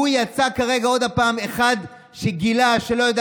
הוא יצא כרגע עוד פעם כאחד שגילה שאינו יודע